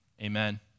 Amen